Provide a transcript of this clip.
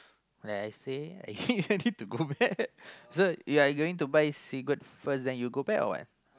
like I say I say don't need to go back so you are going to buy cigarette first then you go back or what